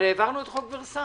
אבל העברנו את חוק ורסאי.